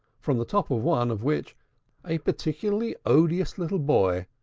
from the top of one of which a particularly odious little boy,